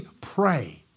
pray